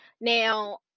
Now